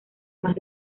más